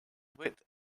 wit